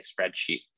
spreadsheet